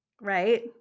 right